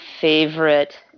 favorite